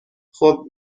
خوب